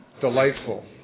delightful